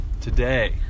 today